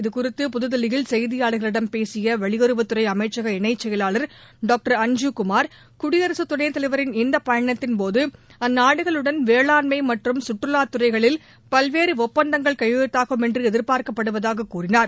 இது குறித்து புதுதில்லியில் செய்தியாளர்களிடம் பேசிய வெளியுறவுத்துறை அமைச்சக இணைச்செயலாளர் டாங்டர் அன்ஜுகுமார் குடியரசுத் துணைத்தலைவரின் இந்த பயணத்தின்போது அந்நாடுகளுடன் வேளாண்மை மற்றம் சுற்றுலாத் துறைகளில் பல்வேறு ஒப்பந்தங்கள் கையெழுத்தாகும் என்று எதிர்பார்க்கப்படுவதாக கூறினார்